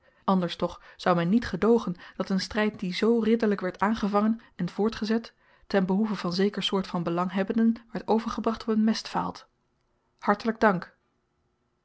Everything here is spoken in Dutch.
anders toch zou men niet gedoogen dat n stryd die zoo ridderlyk werd aangevangen en voortgezet ten behoeve van zeker soort van belanghebbenden werd overgebracht op n mestvaalt hartelyk dank